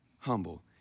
humble